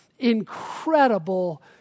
incredible